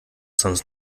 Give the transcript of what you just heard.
sonst